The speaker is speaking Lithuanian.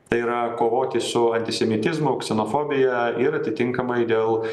tai yra kovoti su antisemitizmu ksenofobija ir atitinkamai dėl